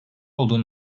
olduğu